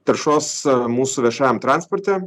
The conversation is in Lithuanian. taršos mūsų viešajam transporte